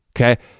Okay